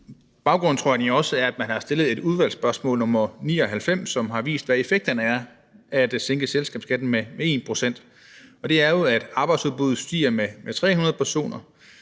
baggrunden er, at man har stillet et udvalgsspørgsmål, nr. 99, som har vist, hvad effekterne er af at sænke selskabsskatten med 1 pct. Det er jo, at arbejdsudbuddet stiger med 300 personer,